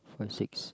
five six